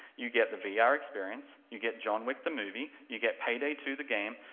you get the vr ah experience, you get john wick the movie, you get payday two the game,